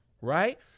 Right